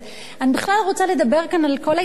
אני בכלל רוצה לדבר כאן על כל ההתפלפלות